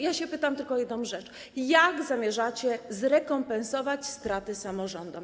Ja pytam tylko o jedną rzecz: Jak zamierzacie zrekompensować straty samorządom?